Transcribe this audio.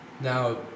Now